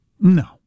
No